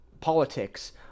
politics